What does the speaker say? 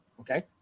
Okay